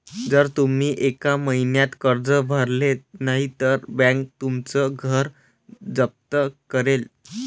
जर तुम्ही एका महिन्यात कर्ज भरले नाही तर बँक तुमचं घर जप्त करेल